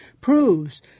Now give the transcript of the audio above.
proves